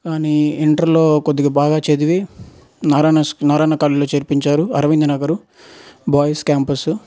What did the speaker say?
కానీ ఇంటర్లో కొద్దిగా బాగా చదివి నారాయణ నారాయణ కాలేజ్ చేర్పించారు అరవింద నగర్ బాయ్స్ క్యాంపస్